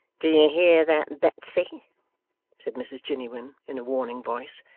do you hear that, betsy said mrs jiniwin, in a warning voice.